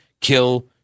kill